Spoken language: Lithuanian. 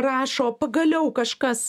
rašo pagaliau kažkas